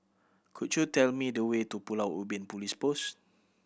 could you tell me the way to Pulau Ubin Police Post